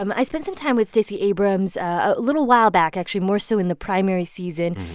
um i spent some time with stacey abrams a little while back, actually, more so in the primary season.